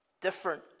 different